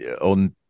on